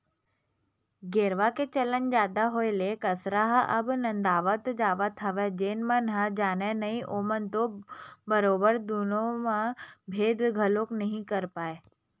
गेरवा के चलन जादा होय ले कांसरा ह अब नंदावत जावत हवय जेन मन ह जानय नइ ओमन ह तो बरोबर दुनो म भेंद घलोक नइ कर पाय